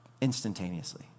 instantaneously